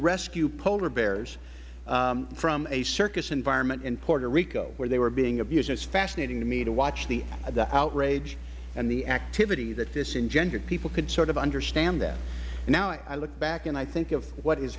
rescue polar bears from a circus environment in puerto rico where they were being abused it is fascinating to me to watch the outrage and the activity that this engendered people could sort of understand that now i look back and think of what is